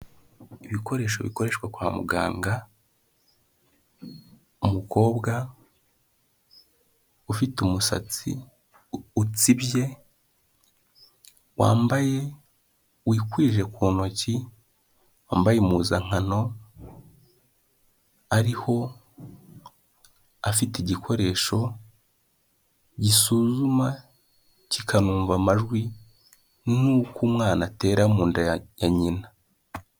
Ibikoresho bikoreshwa kwa muganga, umukobwa ufite umusatsi utsibye wambaye wikwije ku ntoki, wambaye impuzankano ariho afite igikoresho gisuzuma kikanumva amajwi, n'uko umwana atera mu nda ya nyina.